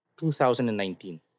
2019